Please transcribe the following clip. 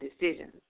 decisions